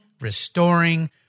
restoring